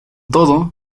todo